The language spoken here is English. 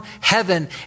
heaven